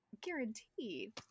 guaranteed